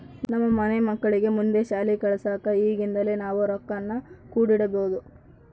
ನಮ್ಮ ಮನೆ ಮಕ್ಕಳಿಗೆ ಮುಂದೆ ಶಾಲಿ ಕಲ್ಸಕ ಈಗಿಂದನೇ ನಾವು ರೊಕ್ವನ್ನು ಕೂಡಿಡಬೋದು